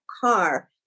car